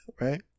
right